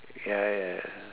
ya ya ya